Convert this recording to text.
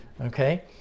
okay